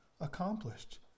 accomplished